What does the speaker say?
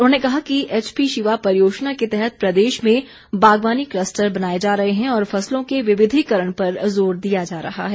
उन्होंने कहा कि एचपीशिवा परियोजना के तहत प्रदेश में बागवानी कलस्टर बनाए जा रहे हैं और फसलों के विविधिकरण पर जोर दिया जा रहा है